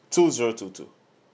two zero two two